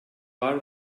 var